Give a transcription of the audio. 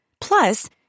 Plus